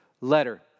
letter